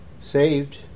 Saved